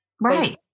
Right